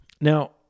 Now